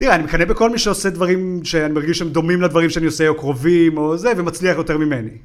אני מקנא בכל מי שעושה דברים, שאני מרגיש שהם דומים לדברים שאני עושה, או קרובים, ומצליח יותר ממני.